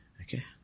Okay